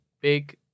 big